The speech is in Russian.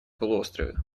полуострове